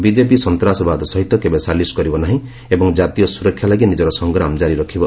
BJP ସନ୍ତାସବାଦ ସହିତ କେବେ ସାଲିସ କରିବ ନାହିଁ ଏବଂ ଜାତୀୟ ସ୍ୱରକ୍ଷା ଲାଗି ନିଜର ସଂଗ୍ରାମ ଜାରି ରଖିବ